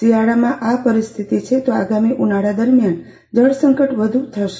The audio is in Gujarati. શિયાળામાં આ પરિસ્થિતિ છે તો આગામી ઉનાળામાં જળ સંકટ વધી જશે